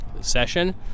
session